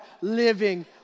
living